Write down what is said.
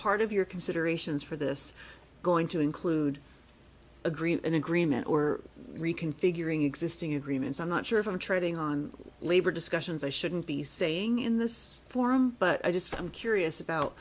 part of your considerations for this going to include agreement an agreement or reconfiguring existing agreements i'm not sure if i'm treading on labor discussions i shouldn't be saying in this forum but i just am curious about